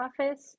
office